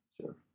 Sure